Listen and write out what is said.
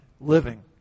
living